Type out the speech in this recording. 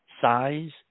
size